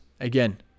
again